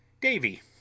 Davy